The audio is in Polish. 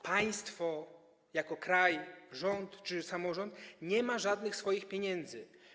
Państwo jako kraj, rząd czy samorząd nie ma żadnych swoich pieniędzy.